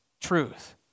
truth